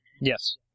Yes